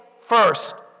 first